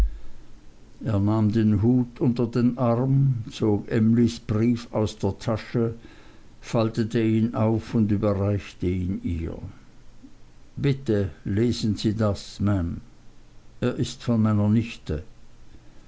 den hut unter den arm zog emlys brief aus der tasche faltete ihn auf und überreichte ihn ihr bitte lesen sie das maam er ist von meiner nichte